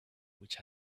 which